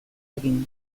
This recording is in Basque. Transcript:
egin